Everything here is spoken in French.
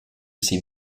ces